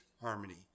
harmony